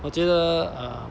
我觉得 uh